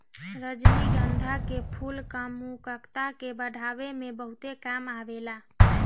रजनीगंधा के फूल कामुकता के बढ़ावे में बहुते काम आवेला